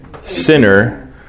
sinner